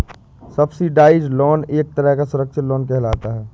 subsidised loan एक तरह का सुरक्षित लोन कहलाता है